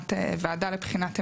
הקמת וועדה לבחינת אמצעים.